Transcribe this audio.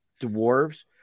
dwarves